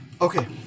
Okay